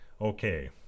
Okay